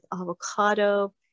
avocado